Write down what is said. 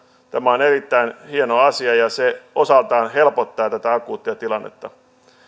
tämä on erittäin hieno asia ja se osaltaan helpottaa tätä akuuttia tilannetta